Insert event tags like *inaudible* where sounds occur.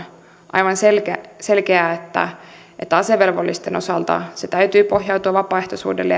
aivan selkeää että asevelvollisten ja reserviläisten osalta sen täytyy pohjautua vapaaehtoisuudelle *unintelligible*